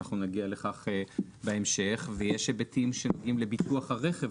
גם יש היבטים שנוגעים לביטוח הרכב.